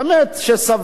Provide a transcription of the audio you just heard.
שדוכא,